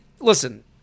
listen